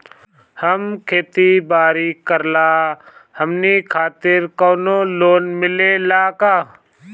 हम खेती बारी करिला हमनि खातिर कउनो लोन मिले ला का?